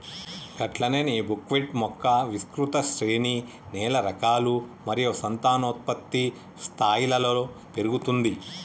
గట్లనే నీ బుక్విట్ మొక్క విస్తృత శ్రేణి నేల రకాలు మరియు సంతానోత్పత్తి స్థాయిలలో పెరుగుతుంది